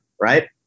right